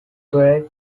drake